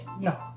no